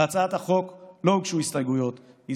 להצעת החוק לא הוגשו הסתייגויות והיא